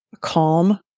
calm